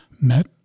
met